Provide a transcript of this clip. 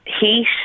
Heat